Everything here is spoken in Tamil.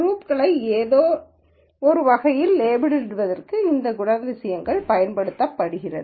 குரூப்ஸ் களை ஏதோ ஒரு வகையில் லேபிளிடுவதற்கும் இந்த குணாதிசயங்கள் பயன்படுத்தபடுகிறது